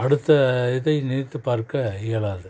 அடுத்த இதை நினைத்து பார்க்க இயலாது